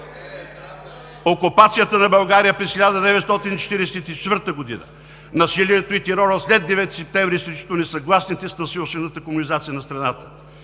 окупацията на България през 1944 г., насилието и терора след 9 септември срещу несъгласните с насилствената комунизация на страната: